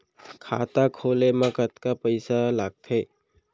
खाता खोले मा कतका पइसा लागथे?